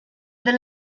the